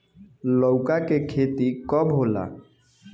लौका के खेती कब होला?